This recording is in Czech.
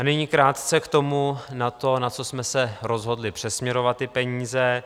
Nyní krátce k tomu, na co jsme se rozhodli přesměrovat ty peníze.